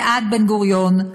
ועד בן-גוריון,